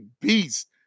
beast